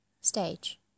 Stage